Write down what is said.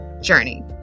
journey